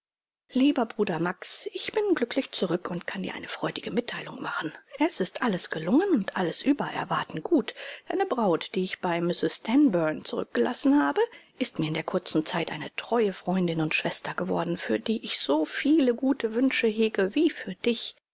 lieber bruder max ich bin glücklich zurück und kann dir eine freudige mitteilung machen es ist alles gelungen und alles über erwarten gut deine braut die ich bei mrs stanburn zurückgelassen habe ist mir in der kurzen zeit eine teure freundin und schwester geworden für die ich so viele gute wünsche hege wie für dich